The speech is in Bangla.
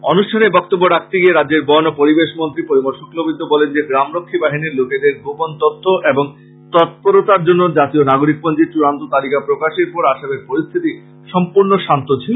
অনুষ্ঠানে বক্তব্য রাখতে গিয়ে রাজ্যের বন ও পরিবেশ মন্ত্রী পরিমল শুক্লবৈদ্য বলেন যে গ্রাম রক্ষী বাহিনীর লোকেদের গোপন তথ্য এবং তৎপরতার জন্য জাতীয় নাগরিক পঞ্জীর চূড়ান্ত তালিকা প্রকাশের পর আসামের পরিস্থিতি সম্পূর্ণ শান্ত ছিল